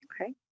Okay